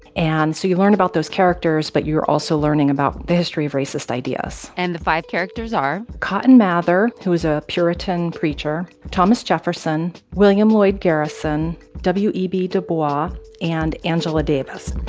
and so you learn about those characters, but you're also learning about the history of racist ideas and the five characters are. cotton mather who is a puritan preacher thomas jefferson, william lloyd garrison, w e b. du bois and angela davis